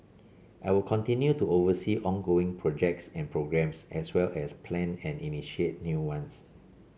I will continue to oversee ongoing projects and programmes as well as plan and initiate new ones